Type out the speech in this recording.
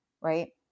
right